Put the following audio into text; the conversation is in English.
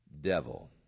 devil